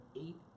eight